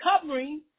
covering